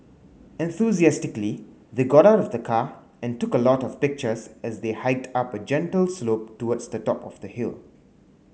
enthusiastically they got out of the car and took a lot of pictures as they hiked up a gentle slope towards the top of the hill